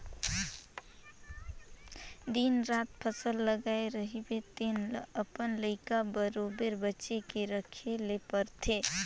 दिन रात फसल लगाए रहिबे तेन ल अपन लइका बरोबेर बचे के रखे ले परथे